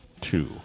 Two